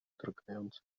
drgające